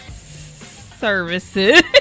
services